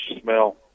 smell